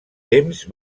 temps